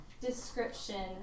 description